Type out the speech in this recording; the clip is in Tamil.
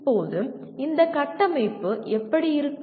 இப்போது இந்த கட்டமைப்பு எப்படி இருக்கும்